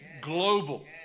Global